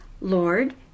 Lord